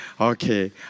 Okay